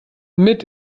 mit